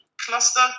cluster